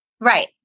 Right